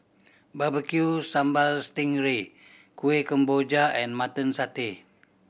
Barbecue Sambal sting ray Kuih Kemboja and Mutton Satay